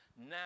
Now